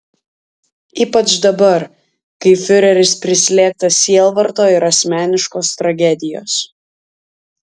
ypač dabar kai fiureris prislėgtas sielvarto ir asmeniškos tragedijos